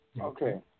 Okay